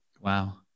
Wow